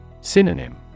Synonym